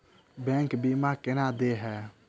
Bank बीमा केना देय है?